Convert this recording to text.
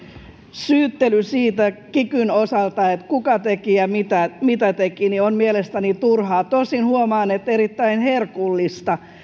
syyttely kikyn osalta siitä kuka teki ja mitä teki on mielestäni turhaa tosin huomaan että erittäin herkullista